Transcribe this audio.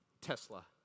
Tesla